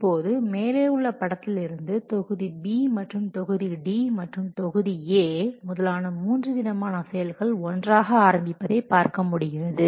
இப்போது மேலே உள்ள படத்தில் இருந்து தொகுதி B தொகுதி D மற்றும் தொகுதி A முதலான மூன்று விதமான செயல்கள் ஒன்றாக ஆரம்பிப்பதை பார்க்க முடிகிறது